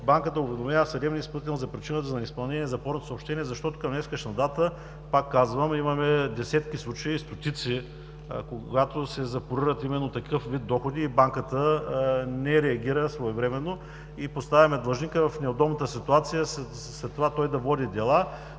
банката уведомява съдебния изпълнител за причината за неизпълнение на запорното съобщение.“ Към днешна дата, повтарям, имаме десетки, стотици случаи, когато се запорират именно такъв вид доходи, банката не реагира своевременно и поставяме длъжника в неудобната ситуация след това той да води дела,